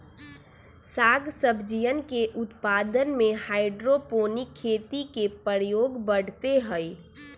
साग सब्जियन के उत्पादन में हाइड्रोपोनिक खेती के प्रयोग बढ़ते हई